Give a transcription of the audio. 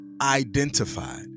identified